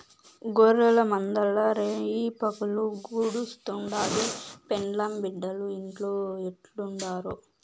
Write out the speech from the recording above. గొర్రెల మందల్ల రేయిపగులు గడుస్తుండాది, పెండ్లాం బిడ్డలు ఇంట్లో ఎట్టుండారో